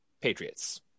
Patriots